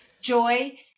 joy